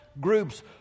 groups